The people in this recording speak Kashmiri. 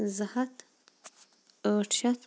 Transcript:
زٕ ہَتھ ٲٹھ شَتھ